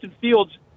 Fields